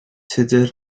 tudur